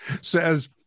...says